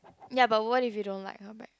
ya but what if you don't like her back